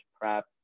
prep